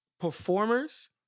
performers